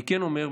אני כן אומר,